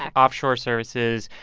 offshore services